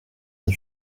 and